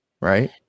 right